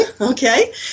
Okay